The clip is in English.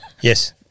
Yes